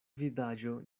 vidaĵo